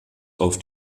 auf